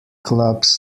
clubs